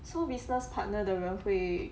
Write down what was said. so business partner 的人会